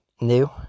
new